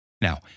Now